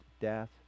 death